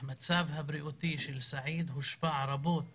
שהמצב הבריאותי של סעיד הושפע רבות